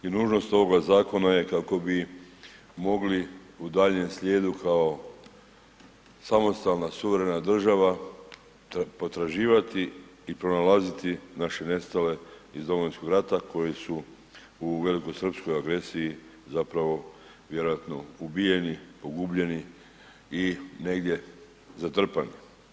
I nužnost ovoga zakona je kako bi mogli u daljnjem slijedu kao samostalna suverena država potraživati i pronalaziti naše nestale iz Domovinskog rata koji su u velikosrpskoj agresiji zapravo vjerojatno ubijeni, pogubljeni i negdje zatrpani.